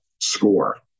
score